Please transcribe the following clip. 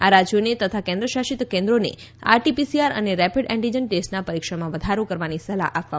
આ રાજ્યોને તથા કેન્દ્રશાસિત કેન્દ્રોને આરટી પીસીઆર અને રેપિડ એન્ટિજેન ટેસ્ટના પરીક્ષણમાં વધારો કરવાની સલાહ આપવામાં આવી છે